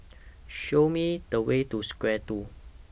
Show Me The Way to Square two